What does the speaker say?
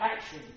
action